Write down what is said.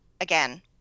again